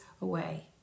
away